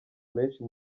menshi